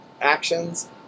actions